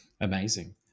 Amazing